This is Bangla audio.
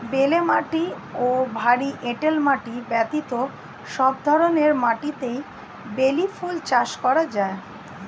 বেলে মাটি ও ভারী এঁটেল মাটি ব্যতীত সব ধরনের মাটিতেই বেলি ফুল চাষ করা যায়